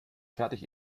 fertig